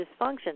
dysfunction